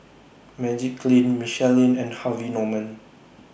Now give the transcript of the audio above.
Magiclean Michelin and Harvey Norman